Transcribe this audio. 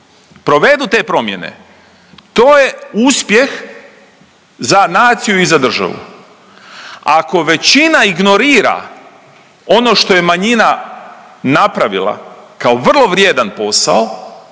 provedu te promjene. To je uspjeh za naciju i za državu. Ako većina ignorira ono što je manjina napravila kao vrlo vrijedan posao